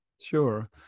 Sure